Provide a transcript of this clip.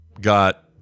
got